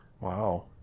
Wow